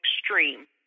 extreme